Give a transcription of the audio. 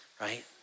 right